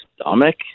stomach